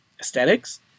aesthetics